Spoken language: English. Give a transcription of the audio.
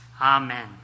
Amen